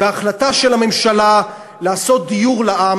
בהחלטה של הממשלה לעשות דיור לעם.